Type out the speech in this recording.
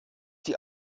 die